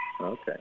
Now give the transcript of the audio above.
Okay